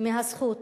מהזכות